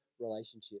relationship